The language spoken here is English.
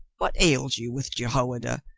what ails you with jehoiada?